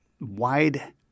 wide